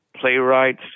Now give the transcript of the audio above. playwrights